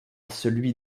celui